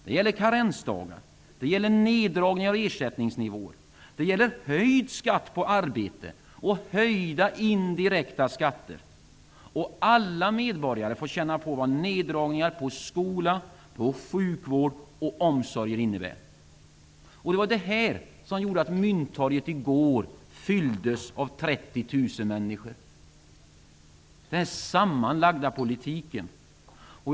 Det gäller karensdagar och neddragningar av ersättningsnivåer. Det gäller höjd skatt på arbete och höjda indirekta skatter. Alla medborgare får känna på vad neddragningar innebär när det gäller skola, sjukvård och omsorger. Det var detta -- den sammanlagda politiken -- som gjorde att Mynttorget i går fylldes av 30 000 protesterande människor.